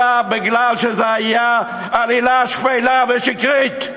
אלא בגלל שזה היה עלילה שפלה ושקרית.